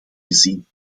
gezien